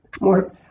more